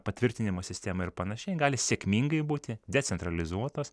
patvirtinimo sistema ir panašiai gali sėkmingai būti decentralizuotas